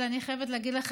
הקשבתי.